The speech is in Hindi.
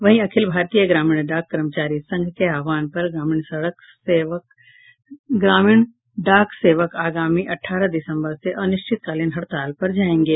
वहीं अखिल भारतीय ग्रामीण डाक कर्मचारी संघ के अवाहन पर ग्रामीण डाक सेवक आगामी अठारह दिसंबर से अनिश्चितकालीन हड़ताल पर जाएंगे